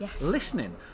listening